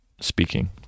speaking